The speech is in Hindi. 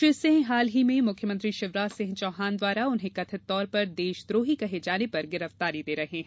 श्री सिंह हाल ही में मुख्यमंत्री शिवराज सिंह चौहान द्वारा उन्हें कथित तौर पर देशद्रोही कहे जाने पर गिरफ्तारी दे रहे हैं